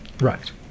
Right